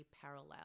parallel